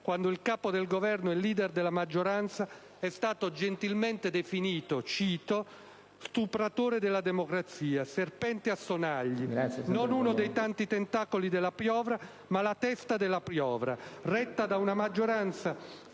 quando il Capo del Governo e *leader* della maggioranza è stato gentilmente definito: «Stupratore della democrazia», «Serpente a sonagli». «Non uno dei tanti tentacoli della piovra, ma la testa della piovra», retta da una «maggioranza farlocca,